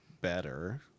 better